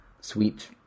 sweet